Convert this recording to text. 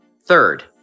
Third